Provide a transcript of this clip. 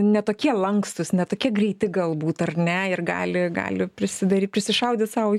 ne tokie lankstūs ne tokie greiti galbūt ar ne ir gali gali prisidary prisišaudyt sau į